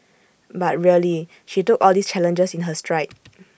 but really she took all these challenges in her stride